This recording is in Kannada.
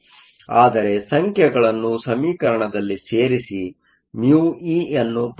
ಆದರೆ ಸಂಖ್ಯೆಗಳನ್ನು ಸಮೀಕರಣದಲ್ಲಿ ಸೇರಿಸಿ μe ಯನ್ನು ಪಡೆಯಬಹುದು